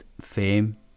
fame